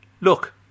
Look